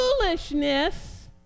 foolishness